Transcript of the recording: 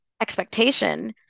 expectation